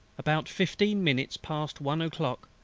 about fifteen minutes past one o'clock,